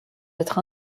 être